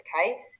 okay